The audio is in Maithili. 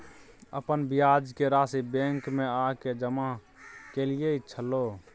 अपन ब्याज के राशि बैंक में आ के जमा कैलियै छलौं?